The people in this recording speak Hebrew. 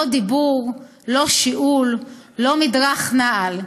לא דיבור לא שיעול לא מדרך נעל.